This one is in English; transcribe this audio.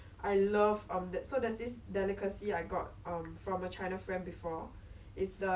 some also not sure but I think the main thing about australia I want to go and see it's like the zoo